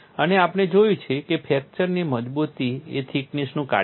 અને આપણે જોયું છે કે ફ્રેક્ચરની મજબૂતી એ થિકનેસનું કાર્ય છે